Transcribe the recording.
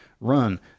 run